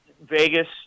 Vegas